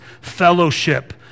fellowship